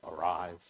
arise